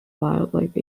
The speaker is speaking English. wildlife